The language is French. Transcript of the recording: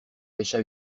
pêcha